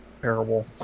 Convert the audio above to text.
terrible